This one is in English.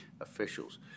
officials